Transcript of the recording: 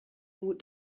vous